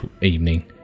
evening